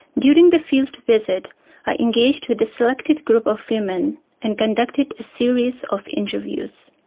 during the field visit i engaged with a selected group of women and conducted a series of interviews.